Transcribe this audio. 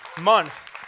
month